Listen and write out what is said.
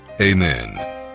Amen